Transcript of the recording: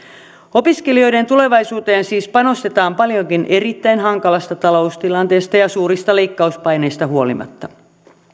opiskelijoiden tulevaisuuteen siis panostetaan paljonkin erittäin hankalasta taloustilanteesta ja suurista leikkauspaineista huolimatta